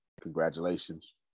congratulations